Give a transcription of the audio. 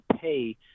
pay